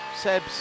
Seb's